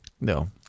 No